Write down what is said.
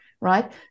right